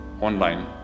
online